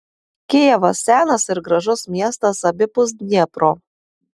kijevas senas ir gražus miestas abipus dniepro